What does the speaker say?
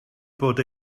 bod